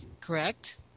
Correct